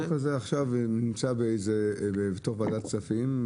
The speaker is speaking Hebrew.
החוק הזה עכשיו נמצא בוועדת כספים.